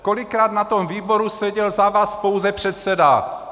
Kolikrát na tom výboru seděl za vás pouze předseda?